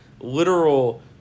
literal